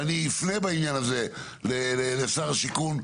אני אפנה בעניין הזה לשר השיכון.